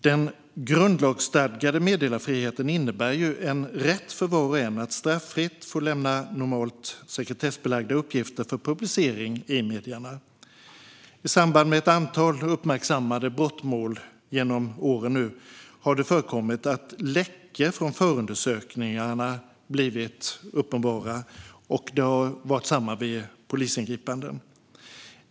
Den grundlagsstadgade meddelarfriheten innebär en rätt för var och en att straffritt få lämna normalt sekretessbelagda uppgifter för publicering i medierna. I samband med ett antal uppmärksammade brottmål genom åren har det förekommit att läckor från förundersökningarna blivit uppenbara. Samma sak har skett vid polisingripanden.